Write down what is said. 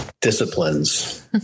disciplines